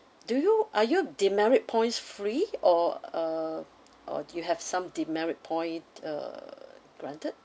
do you are you demerit points free or uh or do you have some demerit point uh granted